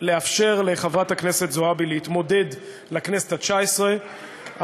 לאפשר לחברת הכנסת זועבי להתמודד לכנסת התשע-עשרה.